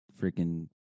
freaking